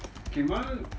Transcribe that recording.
okay mall